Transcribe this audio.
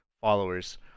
followers